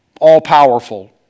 all-powerful